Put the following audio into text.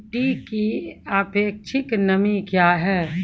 मिटी की सापेक्षिक नमी कया हैं?